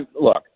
look